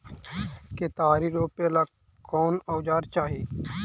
केतारी रोपेला कौन औजर चाही?